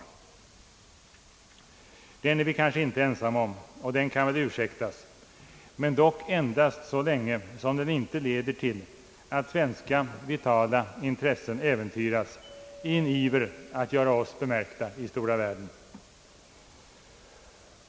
Den benägenheten är vi kanske inte ensamma om, och den kan väl ursäktas, dock endast så länge den inte leder till att svenska vitala intressen äventyras i en iver att göra oss bemärkta i den stora världen.